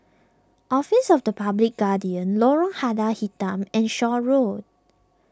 Office of the Public Guardian Lorong Lada Hitam and Shaw Road